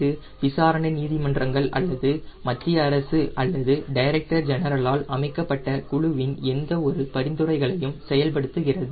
இது விசாரணை நீதிமன்றங்கள் அல்லது மத்திய அரசு அல்லது டைரக்டர் ஜெனரலால் அமைக்கப்பட்ட குழுவின் எந்தவொரு பரிந்துரைகளையும் செயல்படுத்துகிறது